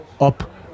up